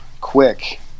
quick